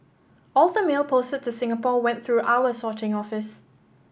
all the mail posted to Singapore went through our sorting office